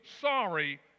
sorry